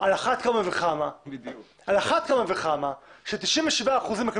- על אחת כמה וכמה כאשר 97 אחוזים מקבלים